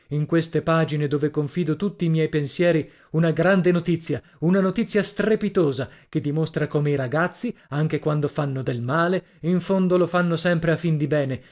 in queste pagine dove confido tutti i miei pensieri una grande notizia una notizia strepitosa che dimostra come i ragazzi anche quando fanno del male in fondo lo fanno sempre a fin di bene